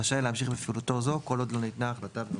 רשאי להמשיך בפעילותו זו כל עוד לא ניתנה החלטה בבקשתו".